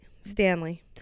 stanley